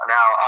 Now